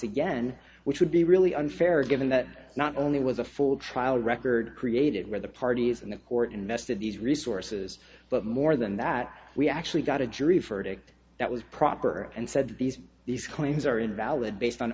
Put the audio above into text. again which would be really unfair given that not only was a full trial record created where the parties in the court invested these resources but more than that we actually got a jury verdict that was proper and said that these these claims are invalid based on